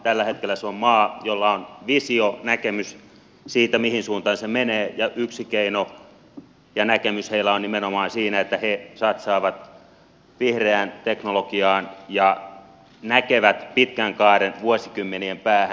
tällä hetkellä se on maa jolla on visio näkemys siitä mihin suuntaan se menee ja yksi keino ja näkemys heillä on nimenomaan siinä että he satsaavat vihreään teknologiaan ja näkevät pitkän kaaren vuosikymmenien päähän